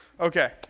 Okay